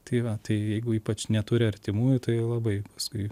tai va tai jeigu ypač neturi artimųjų tai labai paskui